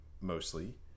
mostly